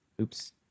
Oops